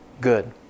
good